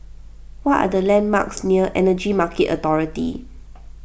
what are the landmarks near Energy Market Authority